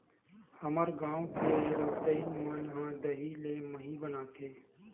हमर गांव के रउतइन मन ह दही ले मही बनाथे